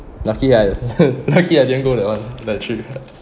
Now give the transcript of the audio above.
lucky I lucky I didn't go that one that trip